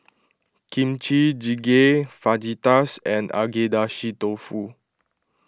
Kimchi Jjigae Fajitas and Agedashi Dofu